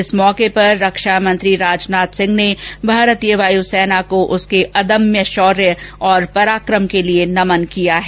इस अवसर पर रक्षामंत्री राजनाथ सिंह ने भारतीय वायुसेना को उसके अदम्य शौर्य और पराक्रम के लिए नमन किया है